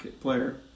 player